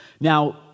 Now